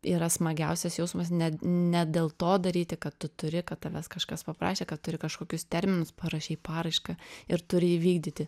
yra smagiausias jausmas net ne dėl to daryti kad tu turi kad tavęs kažkas paprašė kad turi kažkokius terminus parašei paraišką ir turi įvykdyti